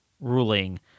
ruling